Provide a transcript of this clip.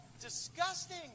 disgusting